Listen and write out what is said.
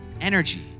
energy